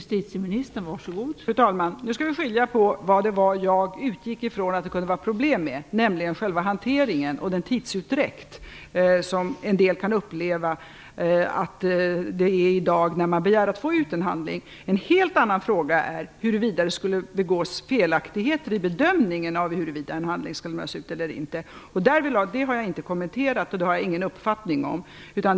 Fru talman! Nu skall vi skilja på vad det var jag utgick ifrån att det kunde vara problem med, nämligen själva hanteringen och den tidsutdräkt som en del kan uppleva när man i dag begär att få ut en handling. En helt annan fråga är huruvida det skulle begås felaktigheter i bedömningen av huruvida en handling skall lämnas ut eller inte. Det har jag inte kommenterat och det har jag ingen uppfattning om.